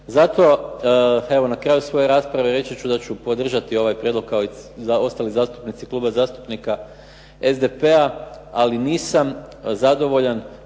Zato evo na kraju svoje rasprave reći ću da ću podržati ovaj prijedlog kao i ostali zastupnici Kluba zastupnika SDP-a, ali nisam zadovoljan